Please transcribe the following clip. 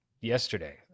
yesterday